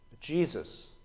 Jesus